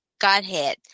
Godhead